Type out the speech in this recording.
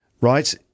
right